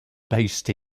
based